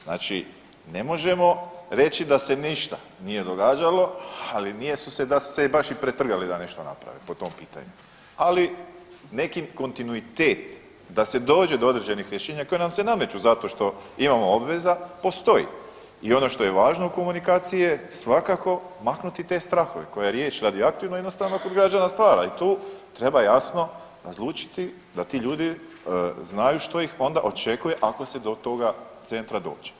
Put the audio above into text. Znači, ne možemo reći da se ništa nije događalo, ali nije da su se baš i pretrgali da nešto naprave po tom pitanju, ali nekim kontinuitet da se dođe do određenih rješenja koja nam se nameću zato što imamo obveza postoji i ono što je važno u komunikaciji je svakako maknuti te strahove koja riječ radioaktivno jednostavno kod građana stvara i tu treba jasno razlučiti da ti ljudi znaju što ih onda očekuje ako se do toga centra dođe.